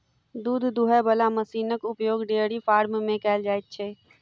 दूध दूहय बला मशीनक उपयोग डेयरी फार्म मे कयल जाइत छै